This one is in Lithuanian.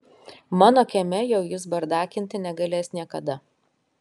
mano kieme jau jis bardakinti negalės niekada